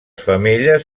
femelles